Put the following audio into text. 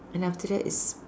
and after that is